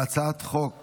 להצעת חוק